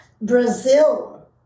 Brazil